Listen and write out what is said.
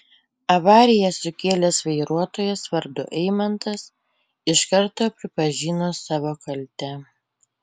avariją sukėlęs vairuotojas vardu eimantas iš karto pripažino savo kaltę